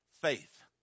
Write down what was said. faith